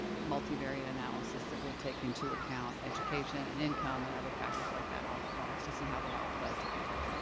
multivariate analysis that would take into account education and income and other factors like that all at once to see how they all play together.